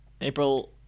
April